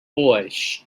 voice